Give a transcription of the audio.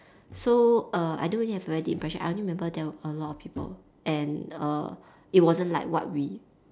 so err I don't really have a very deep impression I only remember there were a lot of people and err it wasn't like what we